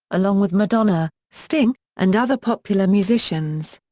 along with madonna, sting, and other popular musicians.